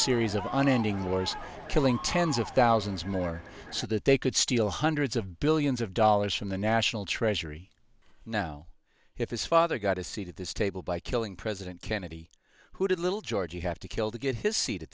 series of on ending wars killing tens of thousands more so that they could steal hundreds of billions of dollars from the national treasury now if his father got a seat at this table by killing president kennedy who did little georgie have to kill to get his seat at